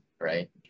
right